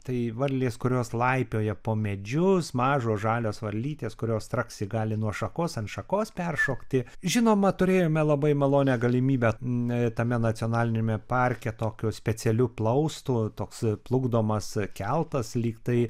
tai varlės kurios laipioja po medžius mažos žalios varlytės kurios straksi gali nuo šakos ant šakos peršokti žinoma turėjome labai malonią galimybę tame nacionaliniame parke tokiu specialiu plaustu toks plukdomas keltas lyg tai